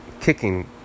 kicking